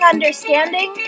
understanding